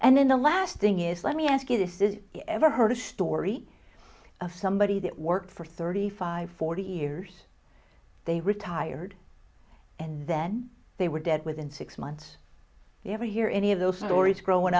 and then the last thing is let me ask you this is ever heard a story of somebody that worked for thirty five forty years they retired and then they were dead within six months you never hear any of those stories growing